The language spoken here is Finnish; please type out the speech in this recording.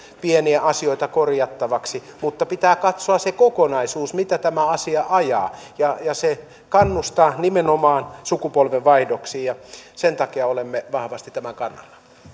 pieniä asioita korjattavaksi mutta pitää katsoa se kokonaisuus mitä tämä asia ajaa ja se kannustaa nimenomaan sukupolvenvaihdoksiin ja sen takia olemme vahvasti tämän kannalla